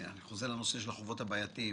לגבי הדיווחים על החובות הבעייתיים